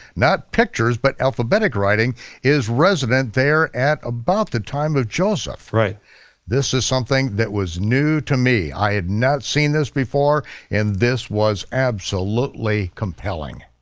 not pictures, but alphabetic writing is resident there at about the time of joseph. this is something that was new to me. i had not seen this before and this was absolutely compelling.